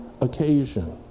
occasion